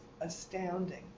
astounding